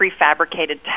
prefabricated